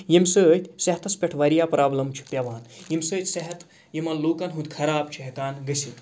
ییٚمہِ سۭتۍ صحتَس پٮ۪ٹھ واریاہ پرابلم چھِ پیٚوان ییٚمہِ سۭتۍ صحت یِمَن لوٗکَن ہُنٛد خراب چھُ ہٮ۪کان گٔژھِتھ